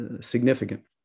significant